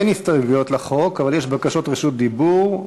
אין הסתייגויות לחוק, אבל יש בקשות רשות דיבור.